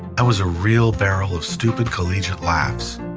i was a real barrel of stupid collegiate laughs.